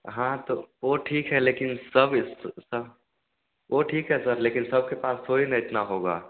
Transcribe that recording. हाँ तो वह ठीक है लेकिन सब स वह ठीक है सर लेकिन सबके पास थोड़ी ना इतना होगा